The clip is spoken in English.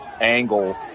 angle